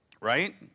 right